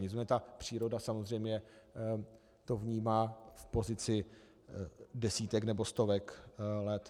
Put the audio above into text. Nicméně příroda samozřejmě to vnímá v pozici desítek nebo stovek let.